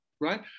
right